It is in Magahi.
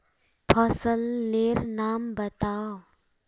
फसल लेर नाम बाताउ?